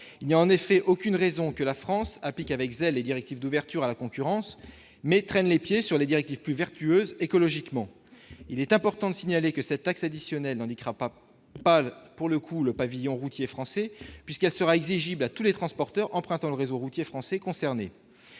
Il n'y a en effet aucune raison que la France applique avec zèle les directives d'ouverture à la concurrence et qu'elle traîne des pieds sur les directives plus vertueuses écologiquement. Il est important de signaler que cette taxe additionnelle ne handicapera pas le pavillon routier français, puisqu'elle sera exigible à tous les transporteurs empruntant le réseau routier français concerné.